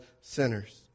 sinners